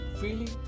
feeling